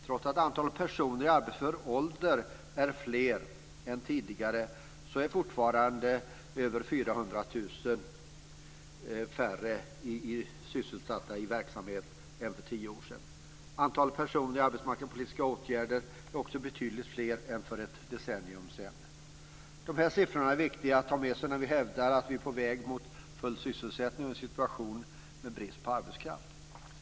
Trots att antalet personer i arbetsför ålder är fler än tidigare är fortfarande över 400 000 färre sysselsatta i verksamhet än för tio år sedan. Antalet personer i arbetsmarknadspolitiska åtgärder är också betydligt fler än för ett decennium sedan. De här siffrorna är viktiga att ha med sig när vi hävdar att vi är på väg mot full sysselsättning och en situation med brist på arbetskraft.